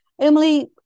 Emily